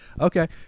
okay